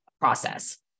process